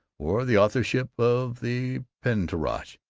or the authorship of the pentateuch.